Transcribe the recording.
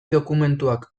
dokumentuak